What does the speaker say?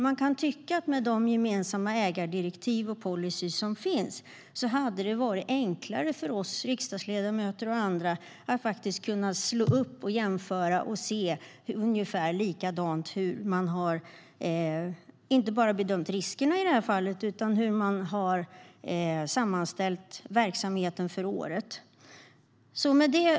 Med de gemensamma ägardirektiv och policyer som finns kan man tycka att det hade varit enklare för oss riksdagsledamöter och andra att kunna slå upp och jämföra inte bara hur man bedömt riskerna, som i det här fallet, utan också hur man sammanställt verksamheten för året. Då behöver det se ungefär likadant ut.